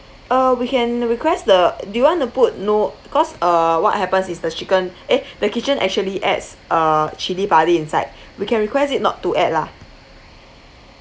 uh we can request the do you want to put no because uh what happens is the chicken eh the kitchen actually adds uh chilli padi inside we can request it not to add lah